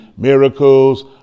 miracles